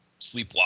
sleepwalk